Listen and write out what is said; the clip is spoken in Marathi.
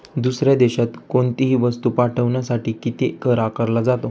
दुसऱ्या देशात कोणीतही वस्तू पाठविण्यासाठी किती कर आकारला जातो?